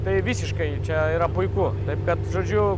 tai visiškai čia yra puiku kad žodžiu